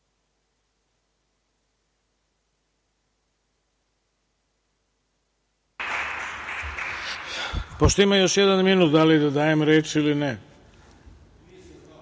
Pošto ima još jedan minut, da li da dajem reč ili